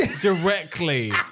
directly